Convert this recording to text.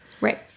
Right